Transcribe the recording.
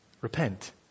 repent